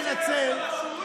אז הוא בטוח יצביע בעד.